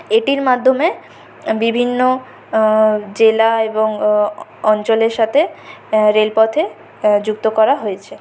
এটির মাধ্যমে বিভিন্ন জেলা এবং অঞ্চলের সাথে রেলপথে যুক্ত করা হয়েছে